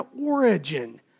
origin